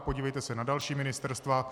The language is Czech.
Podívejte se na další ministerstva.